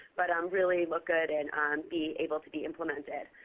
but um really look good and be able to be implemented.